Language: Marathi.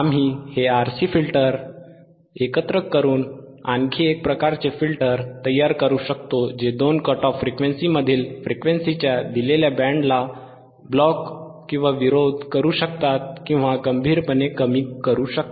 आम्ही हे RC फिल्टर कमी पास आणि उच्च पास एकत्र करून आणखी एक प्रकारचे फिल्टर तयार करू शकतो जे दोन कट ऑफ फ्रिक्वेन्सींमधील फ्रिक्वेन्सीच्या दिलेल्या बँडला ब्लॉक करू शकतात किंवा गंभीरपणे कमी करू शकतात